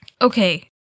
Okay